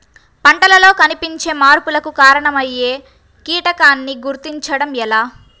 పంటలలో కనిపించే మార్పులకు కారణమయ్యే కీటకాన్ని గుర్తుంచటం ఎలా?